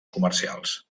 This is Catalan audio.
comercials